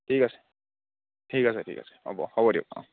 ঠিক আছে ঠিক আছে ঠিক আছে হ'ব হ'ব দিয়ক অঁ